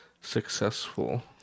successful